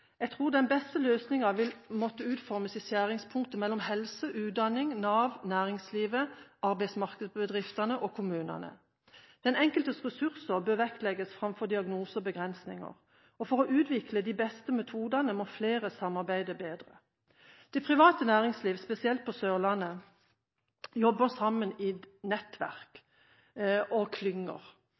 Jeg tror den beste løsningen vil måtte utformes i skjæringspunktet mellom helse, utdanning, Nav, næringslivet, arbeidsmarkedsbedriftene og kommunene. Den enkeltes ressurser bør vektlegges framfor diagnoser og begrensninger. For å utvikle de beste metodene må flere samarbeide bedre. Det private næringslivet, spesielt på Sørlandet, jobber sammen i nettverk og klynger,